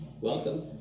Welcome